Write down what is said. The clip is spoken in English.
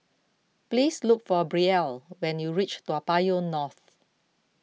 please look for Brielle when you reach Toa Payoh North